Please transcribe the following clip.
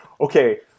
okay